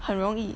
很容易